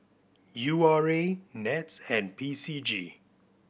U R A NETS and P C G